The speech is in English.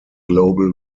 global